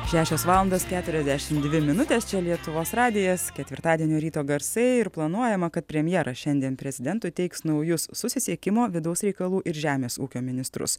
šešios valandos keturiasdešim dvi minutės čia lietuvos radijas ketvirtadienio ryto garsai ir planuojama kad premjeras šiandien prezidentui teiks naujus susisiekimo vidaus reikalų ir žemės ūkio ministrus